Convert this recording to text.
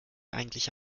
eigentlich